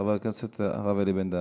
חבר הכנסת הרב אלי בן-דהן.